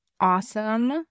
awesome